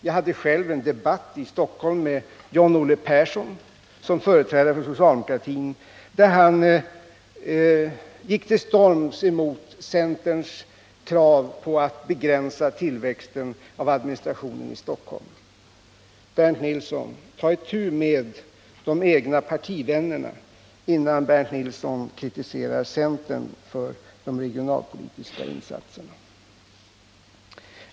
Jag hade själv en debatt i Stockholm med John-Olle Persson som företrädare för socialdemokratin, där han gick till storms mot centerns krav på att begränsa tillväxten av administrationen i Stockholm. Bernt Nilsson! Ta itu med de egna partivännerna innan Bernt Nilsson kritiserar centern för de regionalpolitiska insatserna!